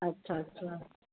अच्छा अच्छा